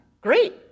Great